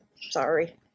Sorry